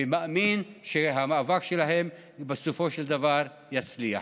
ומאמין שהמאבק שלהם בסופו של דבר יצליח.